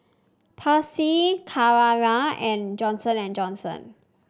Persil Carrera and Johnson And Johnson